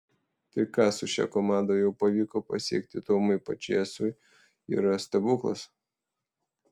tai ką su šia komanda jau pavyko pasiekti tomui pačėsui yra stebuklas